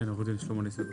כן, עו"ד שלמה נס, בבקשה.